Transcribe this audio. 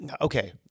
Okay